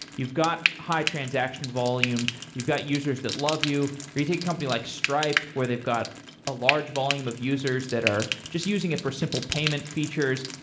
you've got high transaction volume. you've got users that love you. or you take a company like stripe where they've got a large volume of users that are just using it for simple payment features.